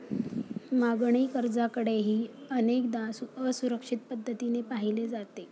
मागणी कर्जाकडेही अनेकदा असुरक्षित पद्धतीने पाहिले जाते